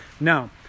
now